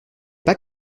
pas